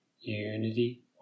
unity